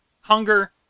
hunger